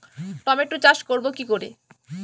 Tomato চাষ করব কি করে?